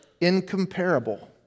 incomparable